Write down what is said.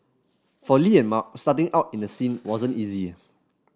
for Li and Mark starting out in the scene wasn't easy